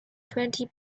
twenty